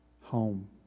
home